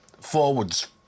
forwards